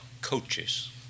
coaches